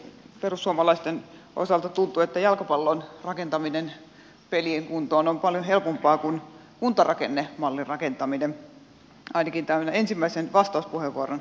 perussuomalaisten osalta tuntuu että jalkapallon rakentaminen pelien kuntoon on paljon helpompaa kuin kuntarakennemallin rakentaminen ainakin tämän ensimmäisen vastauspuheenvuoron osalta